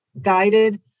guided